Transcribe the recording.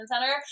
center